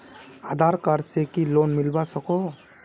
आधार card से की loan मिलवा सकोहो?